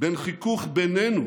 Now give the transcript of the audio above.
בין חיכוך בינינו